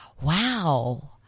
Wow